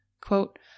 quote